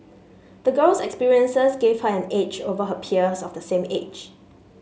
the girl's experiences gave her an edge over her peers of the same age